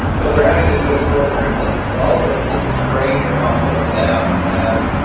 but they're having to do extraordinary things. and all of those things strain your hospital staff. and,